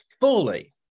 fully